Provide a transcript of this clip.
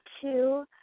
two